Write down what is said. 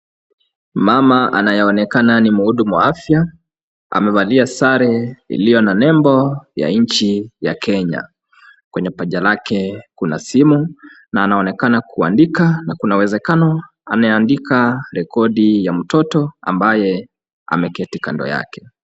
Mama anayeonekana ni mhudumu wa afya amevalia sare iliyo na nembo ya nchi ya Kenya. Kwenye paja lake kuna simu na anaonekana kuandika na kuna uwezekano anaandika rekodi ya mtoto ambaye ameketi kando yake.